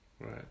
Right